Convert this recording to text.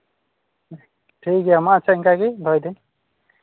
ᱴᱷᱤᱠ ᱜᱮᱭᱟ ᱢᱟ ᱟᱪᱪᱷᱟ ᱤᱱᱠᱟᱜᱮ ᱫᱚᱦᱚᱭ ᱫᱟᱹᱧ